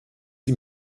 ihm